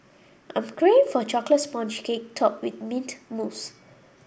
I'm craving for chocolate sponge cake topped with mint mousse